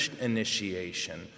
initiation